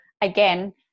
again